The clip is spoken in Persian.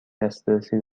دسترسی